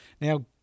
Now